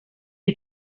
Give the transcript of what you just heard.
you